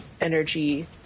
energy